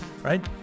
right